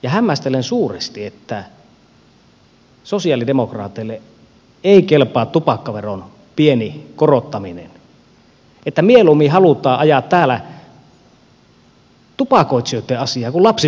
ja hämmästelen suuresti että sosialidemokraateille ei kelpaa tupakkaveron pieni korottaminen että mieluummin halutaan ajaa täällä tupakoitsijoitten asiaa kuin lapsiperheitten asiaa